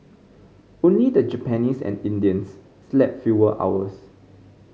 only the Japanese and Indians slept fewer hours